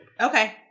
Okay